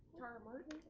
tara martin?